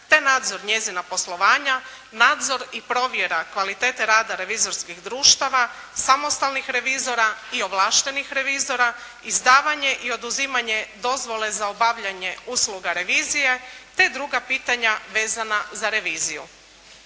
te nadzor njezina poslovanja, nadzor i provjera kvalitete rada revizorskih društava, samostalnih revizora i ovlaštenih revizora, izdavanje i oduzimanje dozvole za obavljanje usluga revizije te druga pitanja vezana za reviziju.